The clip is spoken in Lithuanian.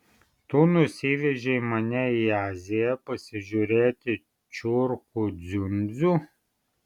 tu nusivežei mane į aziją pasižiūrėti čiurkų dziundzių